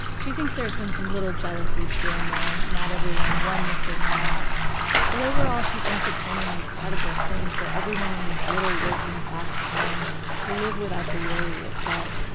she thinks there have been some little jealousies here and there not everyone won the same amount but overall, she thinks it's been an incredible thing for everyone in this little working-class town to live without the worry of debt.